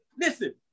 listen